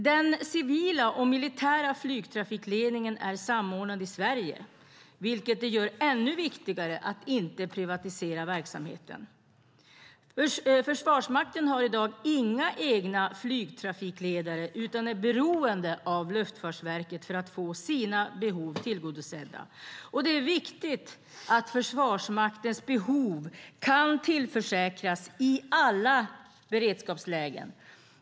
Den civila och militära flygtrafikledningen är samordnad i Sverige, vilket gör det ännu viktigare att inte privatisera verksamheten. Försvarsmakten har i dag inga egna flygtrafikledare utan är beroende av Luftfartsverket för att få sina behov tillgodosedda, och det är viktigt att Försvarsmaktens behov kan tillgodoses i alla beredskapslägen.